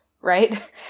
Right